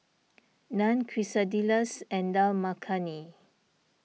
Naan Quesadillas and Dal Makhani